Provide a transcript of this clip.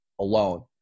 alone